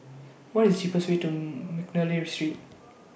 What IS cheapest Way to Mcnally Street